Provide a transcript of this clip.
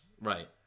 Right